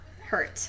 hurt